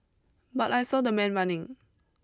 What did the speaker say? but I saw the man running